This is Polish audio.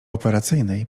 operacyjnej